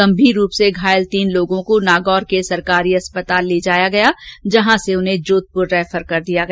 गंभीर रूप से घायल तीन लोगों को नागौर के सरकारी अस्पताल ले जाया गया लेकिन बाद में उन्हें जोधपुर भेज दिया गया